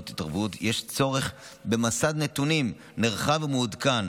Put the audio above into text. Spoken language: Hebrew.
התערבות יש צורך במסד נתונים נרחב ומעודכן,